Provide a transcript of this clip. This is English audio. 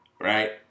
right